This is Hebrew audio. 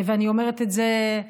ואני אומרת את זה,